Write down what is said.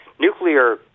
nuclear